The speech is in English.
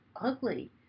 ugly